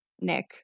Nick